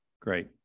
great